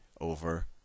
over